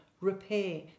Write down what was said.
repair